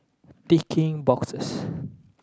ticking boxes